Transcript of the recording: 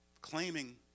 claiming